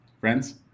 Friends